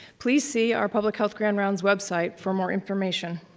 please see our public health grand rounds website for more information.